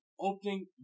opening